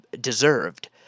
deserved